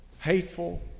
hateful